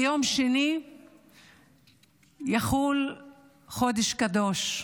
ביום שני יחול חודש קדוש,